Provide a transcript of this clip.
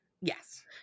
Yes